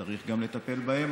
צריך לטפל גם בהם.